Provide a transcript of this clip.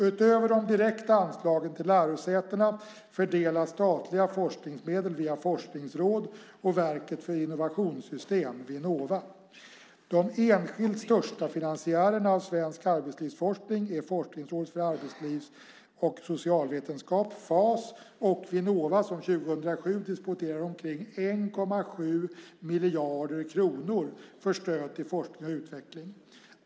Utöver de direkta anslagen till lärosätena fördelas statliga forskningsmedel via forskningsråd och Verket för innovationssystem . De enskilt största statliga finansiärerna av svensk arbetslivsforskning är Forskningsrådet för arbetsliv och socialvetenskap och Vinnova, som 2007 disponerar omkring 1,7 miljarder kronor för stöd till forskning och utveckling.